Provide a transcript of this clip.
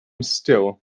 still